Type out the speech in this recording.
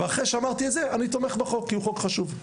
ואחרי שאמרתי את זה אני תומך בחוק כי הוא חוק חשוב.